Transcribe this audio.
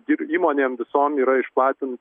ir įmonėm visom yra išplatint